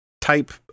type